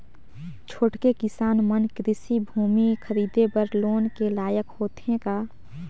छोटके किसान मन कृषि भूमि खरीदे बर लोन के लायक होथे का?